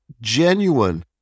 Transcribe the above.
genuine